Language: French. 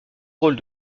rôle